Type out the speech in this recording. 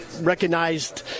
recognized